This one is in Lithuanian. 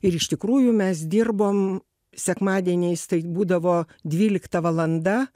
ir iš tikrųjų mes dirbom sekmadieniais tai būdavo dvylikta valanda